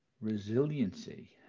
resiliency